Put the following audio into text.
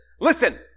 listen